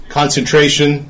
concentration